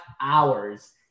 hours